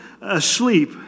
asleep